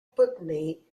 putney